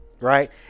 right